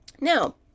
Now